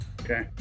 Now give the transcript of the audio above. Okay